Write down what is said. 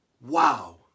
Wow